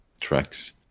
tracks